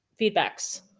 feedbacks